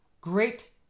great